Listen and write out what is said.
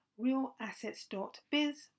realassets.biz